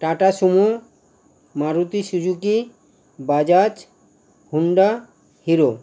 tata Sumo Maruti Suzuki Bajaj Honda hero